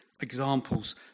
examples